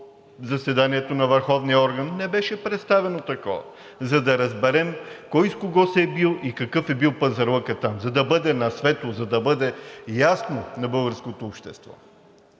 заседанието на върховния орган, не беше представено такова, за да разберем кой с кого се е бил и какъв е бил пазарлъкът там, за да бъде на светло, за да бъде ясно на българското общество.